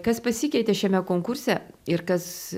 kas pasikeitė šiame konkurse ir kas